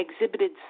exhibited